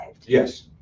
yes